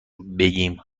بگیم